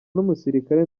n’umusirikare